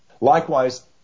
Likewise